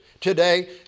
today